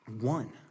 one